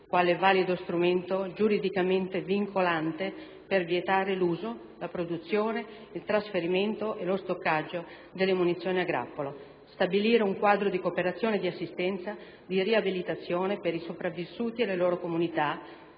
quale valido strumento giuridicamente vincolante per vietare l'uso, la produzione, il trasferimento e lo stoccaggio delle munizioni a grappolo, stabilire un quadro di cooperazione di assistenza, di riabilitazione per i sopravvissuti e le loro comunità,